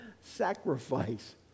sacrifice